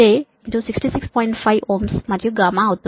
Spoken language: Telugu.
5 Ω మరియు అవుతుంది